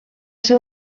ser